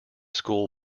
school